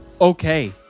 okay